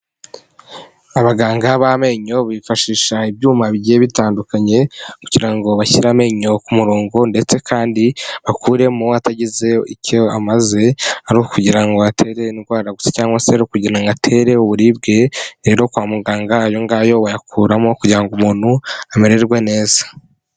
Abaganga b'amenyo bifashisha ibyuma bigiye bitandukanye ,kugira ngo bashyire amenyo ku murongo ndetse kandi bakuremo atagize icyo amaze ari ukugira ngo atere indwara gusa cyangwa se kugira ngo atere uburibwe, rero kwa muganga ayo ngayo bayakuramo kugira ngo umuntu amererwe neza.